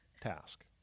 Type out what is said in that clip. task